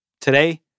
Today